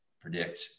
predict